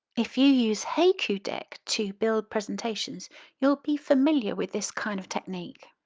if you use haiku deck to build presentations you'll be familiar with this kind of technique.